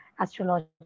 astrology